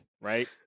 right